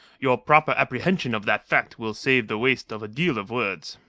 your proper apprehension of that fact will save the waste of a deal of words.